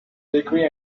bakery